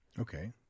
Okay